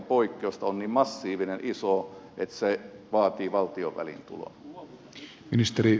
tämä on niin massiivinen ja iso että se vaatii valtion väliintulon